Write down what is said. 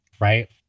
right